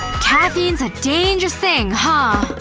caffeine's a dangerous thing, huh?